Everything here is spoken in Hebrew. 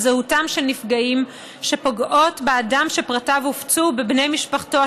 זהותם של נפגעים שפוגעות באדם שפרטיו הופצו ובבני משפחתו,